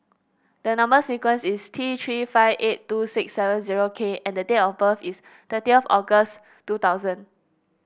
the number sequence is T Three five eight two six seven zero K and the date of birth is thirtieth August two thousand